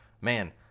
man